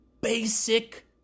Basic